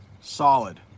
solid